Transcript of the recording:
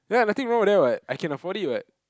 ya nothing wrong with that what I can afford it [what]